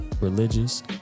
religious